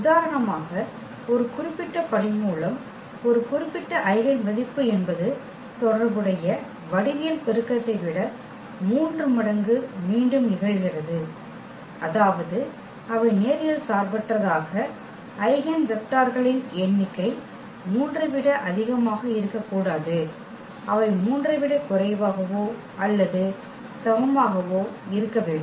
உதாரணமாக ஒரு குறிப்பிட்ட படிமூலம் ஒரு குறிப்பிட்ட ஐகென் மதிப்பு என்பது தொடர்புடைய வடிவியல் பெருக்கத்தை விட 3 மடங்கு மீண்டும் நிகழ்கிறது அதாவது அவை நேரியல் சார்பற்றதாக ஐகென் வெக்டர்களின் எண்ணிக்கை 3 ஐ விட அதிகமாக இருக்கக்கூடாது அவை 3 ஐ விட குறைவாகவோ அல்லது சமமாகவோ இருக்க வேண்டும்